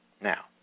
Now